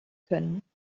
können